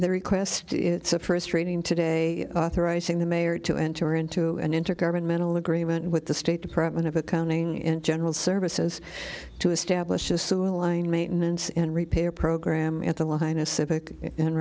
their request it's a first reading today authorizing the mayor to enter into an intergovernmental agreement with the state department of accounting and general services to establish a sewer line maintenance and repair program at the linus civic